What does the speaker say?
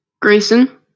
Grayson